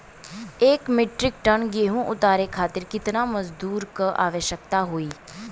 एक metric ton गेहूँ के उतारे खातीर कितना मजदूर क आवश्यकता होई?